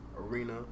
arena